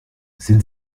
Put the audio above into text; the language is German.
sind